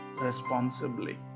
responsibly